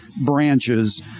branches